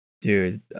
dude